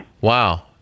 Wow